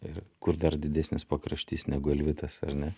ir kur dar didesnis pakraštys negu alvitas ar ne